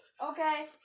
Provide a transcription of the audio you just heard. Okay